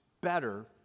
better